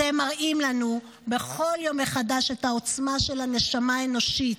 אתם מראים לנו בכל יום מחדש את העוצמה של הנשמה האנושית,